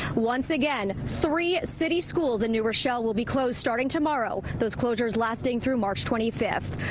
once again, three city schools in new rochelle will be closed starting tomorrow. those closures lasting through march twenty fifth.